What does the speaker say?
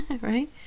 Right